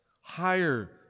higher